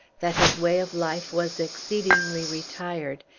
that his way of life was exceedingly retired,